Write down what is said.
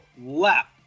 left